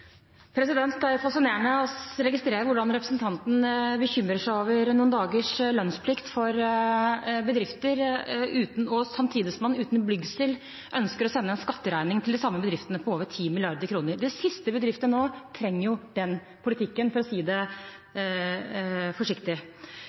Det er fascinerende å registrere hvordan representanten bekymrer seg over noen dagers lønnsplikt for bedrifter, samtidig som han uten blygsel ønsker å sende en skatteregning til de samme bedriftene på over 10 mrd. kr. Det siste bedriftene nå trenger, er jo den politikken, for å si det